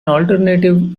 alternative